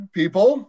people